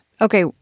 Okay